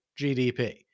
GDP